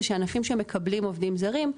זה שענפים שמקבלים עובדים זרים,